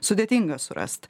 sudėtinga surast